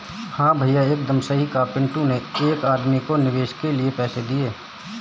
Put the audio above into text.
हां भैया एकदम सही कहा पिंटू ने एक आदमी को निवेश के लिए पैसे दिए